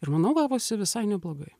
ir manau gavosi visai neblogai